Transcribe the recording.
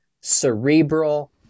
cerebral